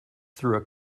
through